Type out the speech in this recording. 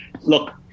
Look